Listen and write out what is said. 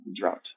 drought